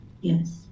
Yes